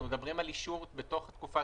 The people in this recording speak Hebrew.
אנחנו מדברים על אישור בתוך התקופה